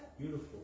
Beautiful